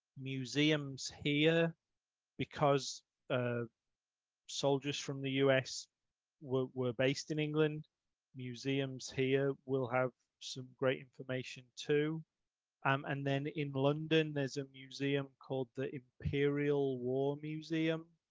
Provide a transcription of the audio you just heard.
museums here because the ah soldiers from the us were were based in england museums here will have some great information to um and then in london. there's a museum called the imperial war museum